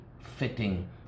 fitting